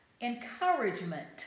encouragement